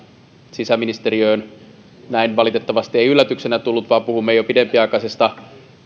sisäministeriöön tämä valitettavasti ei yllätyksenä tullut vaan puhumme jo pidempiaikaisesta